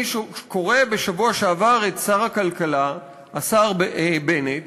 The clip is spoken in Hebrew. קראתי בשבוע שעבר את שר הכלכלה, השר בנט,